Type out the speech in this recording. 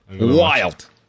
Wild